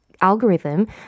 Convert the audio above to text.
algorithm